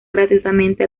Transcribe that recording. gratuitamente